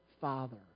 father